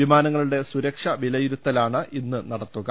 വിമാനങ്ങളുടെ സുരക്ഷ വിലയിരുത്തലാണ് ഇന്ന് നടത്തുക